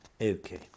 Okay